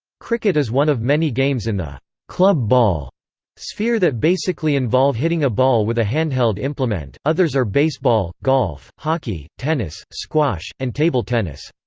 cricket is one of many games in the club ball sphere that basically involve hitting a ball with a hand-held implement others are baseball, golf, hockey, tennis, squash, and table tennis.